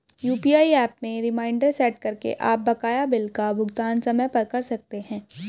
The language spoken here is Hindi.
यू.पी.आई एप में रिमाइंडर सेट करके आप बकाया बिल का भुगतान समय पर कर सकते हैं